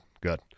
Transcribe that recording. Good